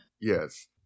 Yes